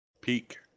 Peak